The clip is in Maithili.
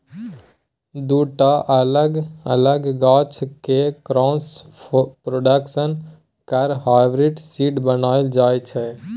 दु टा अलग अलग गाछ केँ क्रॉस प्रोडक्शन करा हाइब्रिड सीड बनाएल जाइ छै